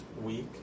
week